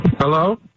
Hello